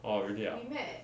orh really ah